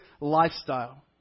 lifestyle